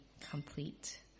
complete